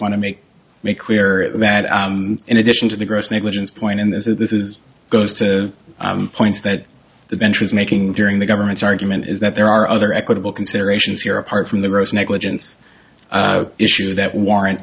to make make clear that in addition to the gross negligence point in this is this is goes to points that the bench is making during the government's argument is that there are other equitable considerations here apart from the gross negligence issue that warrant